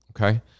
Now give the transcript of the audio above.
okay